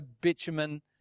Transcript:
bitumen